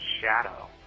shadow